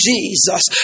Jesus